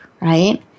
right